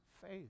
faith